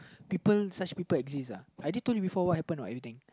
people such people exist ah I did told you before what happened what everything